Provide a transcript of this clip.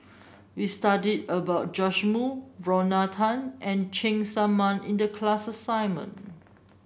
we studied about Joash Moo Lorna Tan and Cheng Tsang Man in the class assignment